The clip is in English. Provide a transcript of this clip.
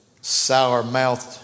sour-mouthed